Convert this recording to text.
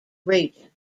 region